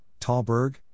Talberg